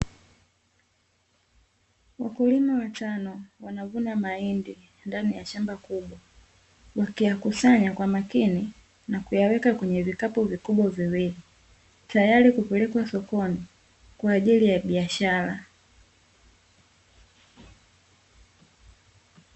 Wakulima watano wanavuna mahindi ndani ya shamba kubwa, wakiyakusanya kwa makini na kuyaweka kwenye vikapu vikubwa viwili tayari kupelekwa sokoni kwa ajili ya biashara.